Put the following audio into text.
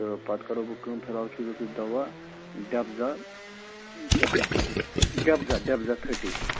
تہٕ پَتہٕ کَرو بہٕ کٲم فِلحال کھیٚزیٚو تُہۍ دوا ڈیبزان تھٲرٹی کھیٚزیٚو ڈٮ۪بزا ڈیٚبزا تھٲرٹی